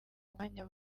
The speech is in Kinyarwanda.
umwanya